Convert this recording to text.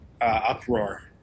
uproar